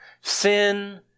sin